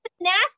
nasty